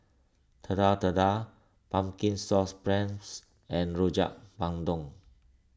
Telur Dadah Pumpkin Sauce Prawns and Rojak Bandung